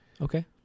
Okay